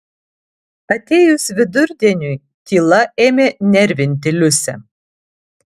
atėjus vidurdieniui tyla ėmė nervinti liusę